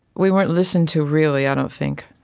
we weren't listened to really, i don't think,